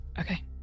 Okay